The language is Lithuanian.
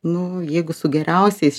nu jeigu su geriausiais